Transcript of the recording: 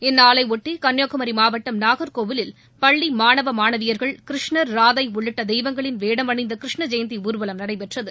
இந்நாளைபொட்டி கன்னியாகுமரி மாவட்டம் நாகர்கோவிலில் பள்ளி மாணவ மாணவியர்கள் கிருஷ்ணர் ராதை உள்ளிட்ட தெய்வங்களின் வேடமணிந்த கிருஷ்ண ஜெயந்தி ஊர்வலம் நடைபெற்றது